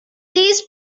this